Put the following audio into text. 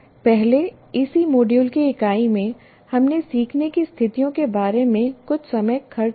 पहले इसी मॉड्यूल की इकाई में हमने सीखने की स्थितियों के बारे में कुछ समय खर्च किया था